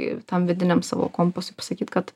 ir tam vidiniam savo kompasui pasakyt kad